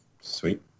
Sweet